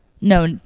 No